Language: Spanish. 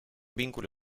vínculo